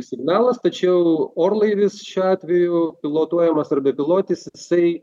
signalas tačiau orlaivis šiuo atveju pilotuojamas ar bepilotis jisai